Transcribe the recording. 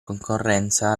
concorrenza